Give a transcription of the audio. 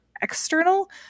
external